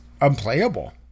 unplayable